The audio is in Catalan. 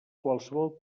qualsevol